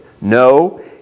No